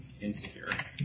insecure